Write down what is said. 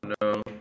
no